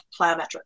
plyometrics